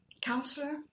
counselor